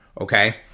Okay